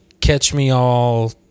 catch-me-all